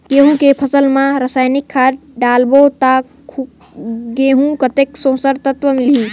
गंहू के फसल मा रसायनिक खाद डालबो ता गंहू कतेक पोषक तत्व मिलही?